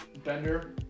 Bender